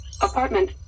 Apartment